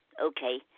Okay